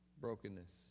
brokenness